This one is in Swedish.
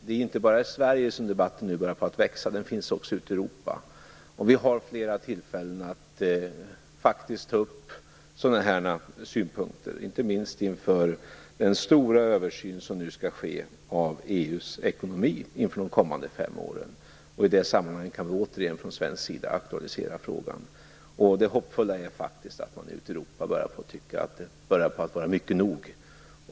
Det är inte bara i Sverige som debatten börjar ta fart utan också ute i Europa. Vi har flera tillfällen att faktiskt ta upp sådana här synpunkter, inte minst inför den stora översyn som nu skall ske av EU:s ekonomi inför de kommande fem åren. I det sammanhanget kan vi återigen från svensk sida aktualisera frågan. Det hoppfulla är faktiskt att man ute i Europa börjar få nog.